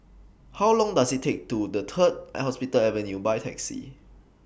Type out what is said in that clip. How Long Does IT Take to get to Third Hospital Avenue By Taxi